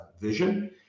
vision